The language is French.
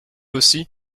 aussi